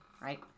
right